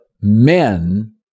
men